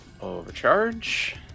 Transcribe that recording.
overcharge